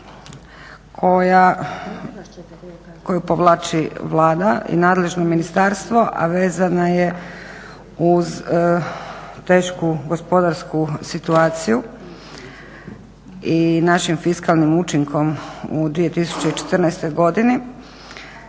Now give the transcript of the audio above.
koju povlači Vlada i nadležno ministarstvo, a vezana je uz tešku gospodarsku situaciju i našim fiskalnim učinkom u 2014.godini,